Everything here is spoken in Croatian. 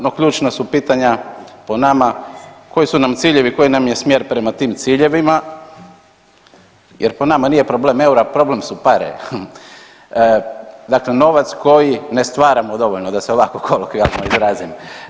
No ključna su pitanja po nama koji su nam ciljevi, koji nam je smjer prema tim ciljevima jer po nama problem eura, problem su pare, dakle novac koji ne stvaramo dovoljno da se ovako kolokvijalno izrazim.